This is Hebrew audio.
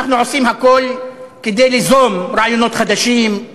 אנחנו עושים הכול כדי ליזום רעיונות חדשים,